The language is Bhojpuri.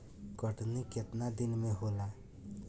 कटनी केतना दिन मे होला?